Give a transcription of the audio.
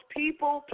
people